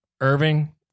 Irving